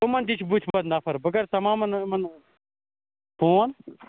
یِمَن تہِ چھِ بُتھِ پَتہٕ نَفَر بہٕ کَرٕ تَمام یِمَن فون